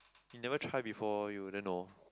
you never try before you wouldn't know